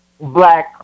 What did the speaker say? black